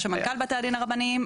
היה שם מנכ"ל בתי הדין הרבניים,